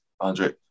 Andre